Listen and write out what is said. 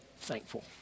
thankful